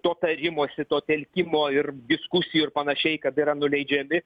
to tarimosi to telkimo ir diskusijų ir panašiai kad yra nuleidžiami